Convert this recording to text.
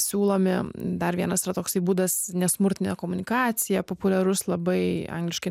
siūlomi dar vienas yra toksai būdas nesmurtinė komunikacija populiarus labai angliškai